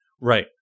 Right